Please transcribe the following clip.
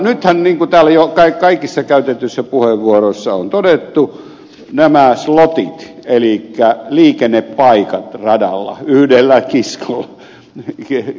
nythän niin kuin täällä jo kaikissa käytetyissä puheenvuoroissa on todettu nämä slotit elikkä liikennepaikat radalla yhdellä kiskollak kehät